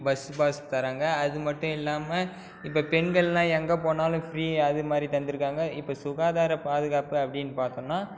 bus pass தராங்க அது மட்டும் இல்லாம இப்போ பெண்களெலாம் எங்கே போனாலும் ஃப்ரீ அது மாதிரி தந்துருக்காங்க இப்போ சுகாதார பாதுகாப்பு அப்படினு பார்த்தோன்னா